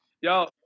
Yo